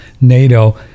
NATO